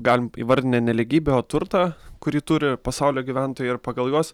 galim įvardint ne nelygybę o turtą kurį turi pasaulio gyventojai ir pagal juos